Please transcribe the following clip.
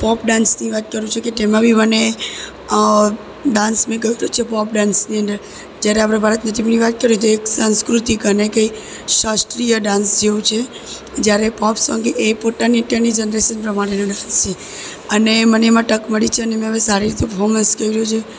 pop ડાન્સની વાત કરું છું કે તેમાં બી મને ડાન્સ મેં કરેલો છે પોપ ડાંસની અંદર જ્યારે આપણે ભરતનાટ્યમની વાત કરીએ તો એક સાંસ્કૃતિક અને કંઈ શાસ્ત્રીય ડાન્સ જેવું છે જ્યારે પોપ એ પોતાની અત્યારની જનરેસન પ્રમાણેનો ડાન્સ છે અને મને એમાં તક મળી છે અને મેં એમાં સારી રીતે પરફોર્મન્સ કર્યું છે